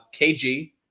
KG